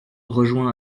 rejoint